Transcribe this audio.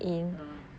mm